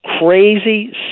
crazy